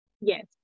Yes